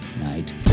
Night